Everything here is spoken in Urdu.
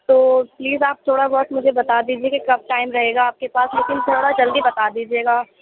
تو پلیز آپ تھوڑا بہت مجھے بتا دیجیے کہ کب ٹائم رہے گا آپ کے پاس لیکن تھوڑا جلدی بتا دیجیے گا